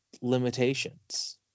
limitations